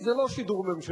זה לא שידור ממשלתי,